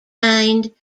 find